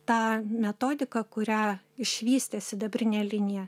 tą metodiką kurią išvystė sidabrinė linija